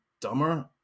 dumber